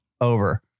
over